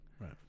Right